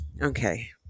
Okay